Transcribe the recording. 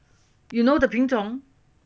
you know the 品种